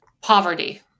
poverty